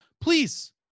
Please